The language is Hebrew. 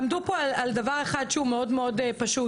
עמדו פה על דבר אחד שהוא מאוד מאוד פשוט.